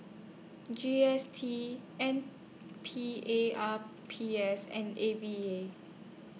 G S T N P A R P S and A V A